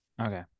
Okay